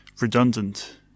redundant